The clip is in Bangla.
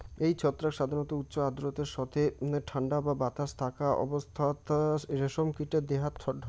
এই ছত্রাক সাধারণত উচ্চ আর্দ্রতার সথে ঠান্ডা বা বাতাস থাকা অবস্থাত রেশম কীটে দেহাত ঢকে